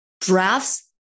drafts